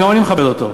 גם אני מכבד אותו,